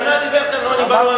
על מה דיבר כאן רוני בר-און?